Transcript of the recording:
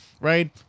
right